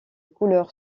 couleur